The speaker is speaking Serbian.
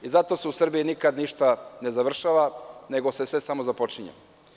Zato se u Srbiji nikad ništa ne završava, nego se sve samo započinje.